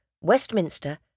Westminster